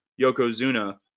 Yokozuna